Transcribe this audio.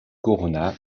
corona